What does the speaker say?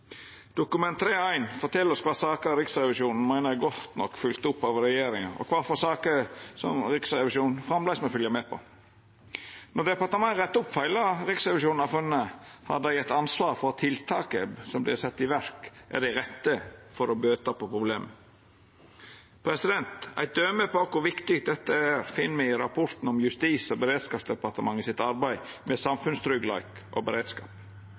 Dokument 3:1 fortel oss kva saker Riksrevisjonen meiner er godt nok følgde opp av regjeringa, og kva for saker Riksrevisjonen framleis må følgja med på. Når departementa rettar opp feila Riksrevisjonen har funne, har dei eit ansvar for at tiltaka som vert sette i verk, er dei rette for å bøta på problema. Eit døme på kor viktig dette er, finn me i rapporten om Justis- og beredskapsdepartementets arbeid med samfunnstryggleik og beredskap.